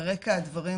ברקע הדברים,